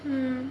um